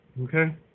Okay